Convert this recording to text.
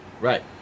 Right